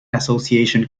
association